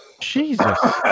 Jesus